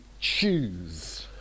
choose